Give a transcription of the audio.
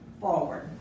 forward